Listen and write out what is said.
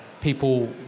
people